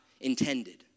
intended